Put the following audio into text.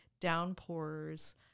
downpours